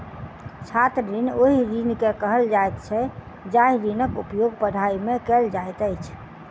छात्र ऋण ओहि ऋण के कहल जाइत छै जाहि ऋणक उपयोग पढ़ाइ मे कयल जाइत अछि